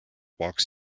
walks